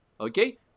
Okay